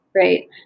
Right